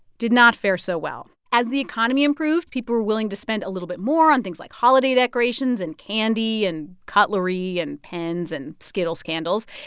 did not fare so well. as the economy improved, people were willing to spend a little bit more on things like holiday decorations and candy and cutlery and pens and skittles candles.